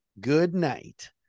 goodnight